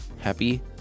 happy